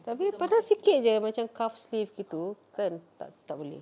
tapi padahal sikit macam cuffed sleeve gitu kan tak tak boleh